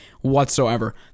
whatsoever